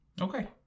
Okay